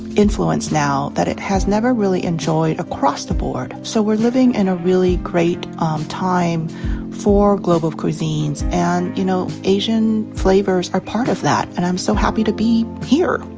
influence that it has never really enjoyed, across the board. so we're living in a really great um time for global cuisines and you know asian flavors are part of that, and i'm so happy to be here,